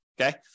okay